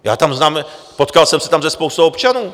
Já tam znám, potkal jsem se tam se spoustou občanů.